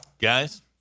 Guys